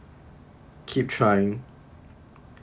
keep trying